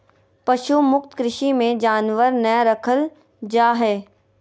पशु मुक्त कृषि मे जानवर नय रखल जा हय